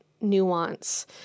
nuance